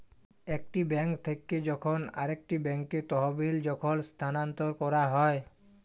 একটি বেঙ্ক থেক্যে যখন আরেকটি ব্যাঙ্কে তহবিল যখল স্থানান্তর ক্যরা হ্যয়